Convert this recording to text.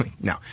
no